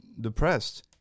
depressed